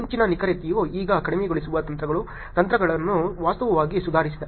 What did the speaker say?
ಮುಂಚಿನ ನಿಖರತೆಯು ಈಗ ಕಡಿಮೆಗೊಳಿಸುವ ತಂತ್ರಗಳು ತಂತ್ರಜ್ಞಾನಗಳನ್ನು ವಾಸ್ತವವಾಗಿ ಸುಧಾರಿಸಿದೆ